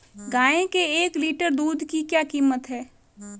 गाय के एक लीटर दूध की क्या कीमत है?